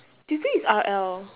tuesday is R L